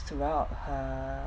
throughout her